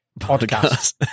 podcast